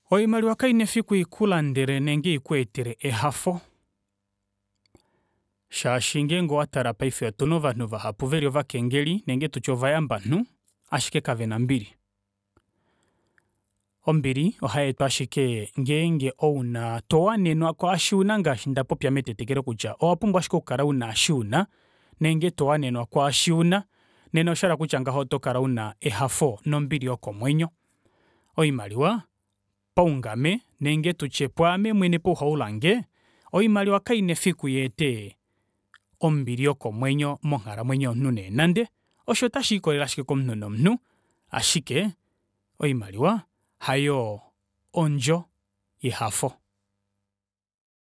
Oimaliwa kaina fiku kaina fiku ikulandele nenge ikweetele ehafo, shaashi ngeenge owa tale paife otuna ovanhu vahapu veli ovakengeli nenge tutye ovayambamhu ashike kavena ombili. Ombili ohayeetwa ashike ngeenge ouna towanenwa kwaasho una ngaashi ndapopya metetekelo kutya owa pumbwa ashike oku kala una sho una nenge towanenwa kwaasho una nena oshahala kutya ngaho oto kala una ehafo nombili yokomwenyo. Oimaliwa, oungame, nenge tutye pwaamwe mwene pahaulwange oimaliwa kaina efiku yeete ombili yokomwenyo monghalamwenyo yomunhu neenande osho ota shiikolele ashike komunhu nomunhu ashike oimaliwa hayo odjo yehafo.